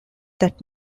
that